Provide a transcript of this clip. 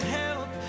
help